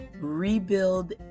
rebuild